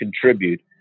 contribute